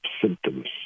symptoms